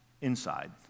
Inside